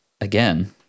again